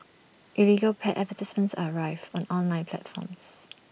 illegal pet advertisements are rife on online platforms